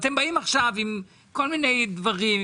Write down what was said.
אתם באים עכשיו עם כל מיני דברים,